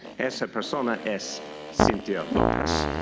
esa persona es cynthia lopez.